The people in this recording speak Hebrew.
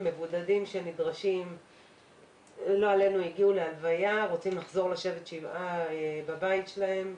מבודדים שלא עלינו הגיעו להלוויה ורוצים לחזור לשבת שבעה בבית שלהם.